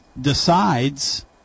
decides